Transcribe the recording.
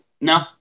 No